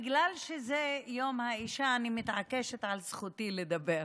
בגלל שזה יום האישה אני מתעקשת על זכותי לדבר,